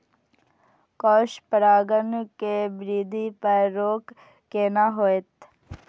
Cross परागण के वृद्धि पर रोक केना होयत?